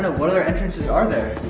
but what other entrances are there?